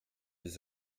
des